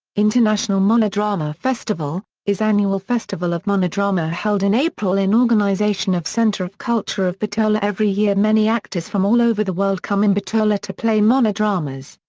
international monodrama festival is annual festival of monodrama held in april in organization of centre of culture of bitola every year many actors from all over the world come in bitola to play monodramas.